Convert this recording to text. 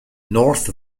north